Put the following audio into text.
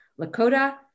Lakota